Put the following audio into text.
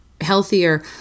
healthier